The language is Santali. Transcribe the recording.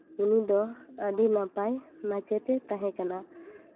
ᱩᱱᱤᱫᱚ ᱟᱹᱰᱤ ᱱᱟᱯᱟᱭ ᱢᱟᱪᱮᱫᱼᱮ ᱛᱟᱦᱮᱸ ᱠᱟᱱᱟ